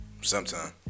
sometime